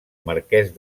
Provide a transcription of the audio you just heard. marques